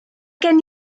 gen